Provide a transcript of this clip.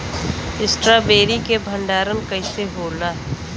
Strawberry के भंडारन कइसे होला?